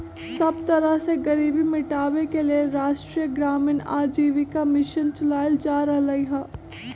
सब तरह से गरीबी मिटाबे के लेल राष्ट्रीय ग्रामीण आजीविका मिशन चलाएल जा रहलई ह